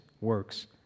works